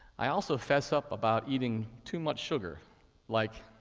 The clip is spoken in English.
i also fess up about eating too much sugar like